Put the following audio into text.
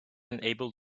able